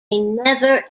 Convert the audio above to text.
never